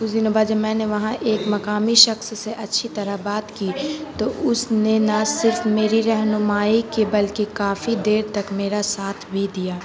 کچھ دنوں بعد جب میں نے وہاں ایک مقامی شخص سے اچھی طرح بات کی تو اس نے نہ صرف میری رہنمائی کے بلکہ کافی دیر تک میرا ساتھ بھی دیا